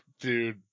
dude